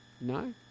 No